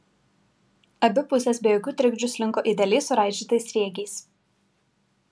abi pusės be jokių trikdžių slinko idealiai suraižytais sriegiais